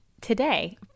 Today